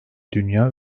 dünya